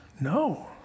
no